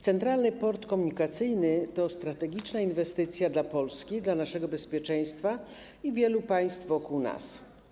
Centralny Port Komunikacyjny to strategiczna inwestycja dla Polski, dla naszego bezpieczeństwa i wielu państw wokół nas.